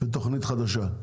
ותוכנית חדשה.